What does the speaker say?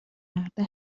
مرده